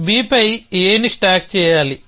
కాబట్టి B పై A ని స్టాక్ చేయాలి